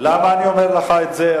למה אני אומר לכם את זה,